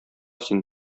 син